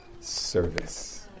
service